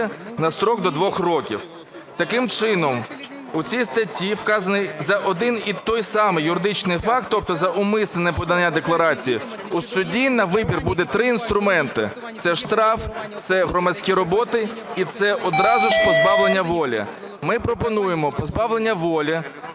на строк до 2 років. Таким чином у цій статті вказаній за один і той самий юридичний факт, тобто за умисне неподання декларації, у судді на вибір буде три інструменти: це штраф, це громадські роботи і це одразу ж позбавлення волі. Ми пропонуємо позбавлення волі